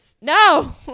no